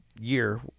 year